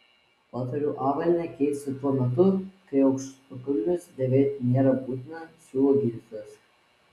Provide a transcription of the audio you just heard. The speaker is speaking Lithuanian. patariu avalynę keisti tuo metu kai aukštakulnius dėvėti nėra būtina siūlo gydytojas